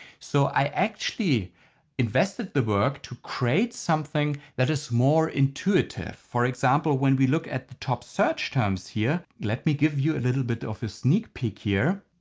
so i actually invested the work to create something that is more intuitive. for example when we look at the top search terms here, let me give you a little bit of a sneak peek here,